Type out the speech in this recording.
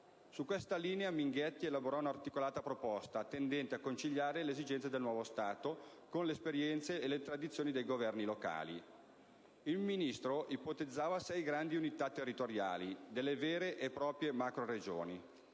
Su questa linea Minghetti elaborò un'articolata proposta, tendente a conciliare le esigenze del nuovo Stato con le esperienze e le tradizioni dei governi locali. Il Ministro ipotizzava sei grandi unità territoriali, le vere e proprie macro-Regioni.